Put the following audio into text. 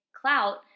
clout